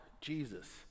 Jesus